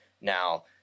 Now